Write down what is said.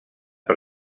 per